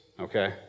okay